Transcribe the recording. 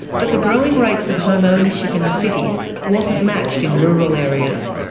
but the growing rates of home ownership in the cities wasn't matched in rural areas.